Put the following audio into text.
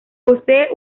posee